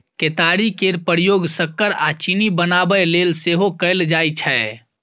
केतारी केर प्रयोग सक्कर आ चीनी बनाबय लेल सेहो कएल जाइ छै